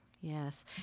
Yes